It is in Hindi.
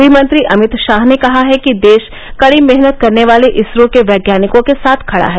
गृहमंत्री अमित शाह ने कहा है कि देश कड़ी मेहनत करने वाले इसरो के वैज्ञानिकों के साथ खड़ा है